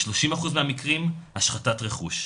ב-30% מהמקרים השחתת רכוש.